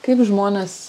kaip žmonės